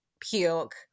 puke